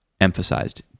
emphasized